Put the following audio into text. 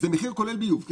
כן, זה מחיר כולל ביוב.